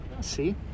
See